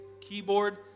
keyboard